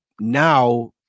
Now